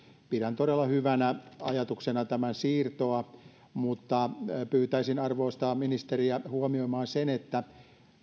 pidän todella hyvänä ajatuksena tämän siirtoa mutta pyytäisin arvoista ministeriä huomioimaan sen että